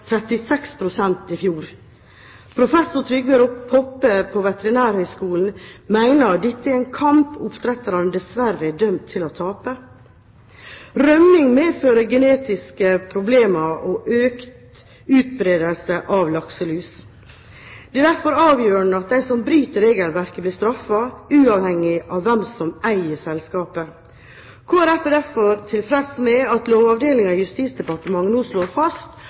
i fjor. Professor Trygve Poppe på Veterinærhøgskolen mener dette er en kamp oppdretterne dessverre er dømt til å tape. Rømming medfører genetiske problemer og økt utbredelse av lakselus. Det er derfor avgjørende at de som bryter regelverket, blir straffet, uavhengig av hvem som eier selskapet. Kristelig Folkeparti er derfor tilfreds med at Lovavdelingen i Justisdepartementet nå slår fast